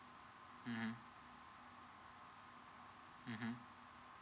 mmhmm